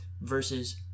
versus